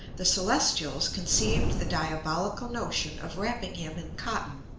the celestials conceived the diabolical notion of wrapping him in cotton,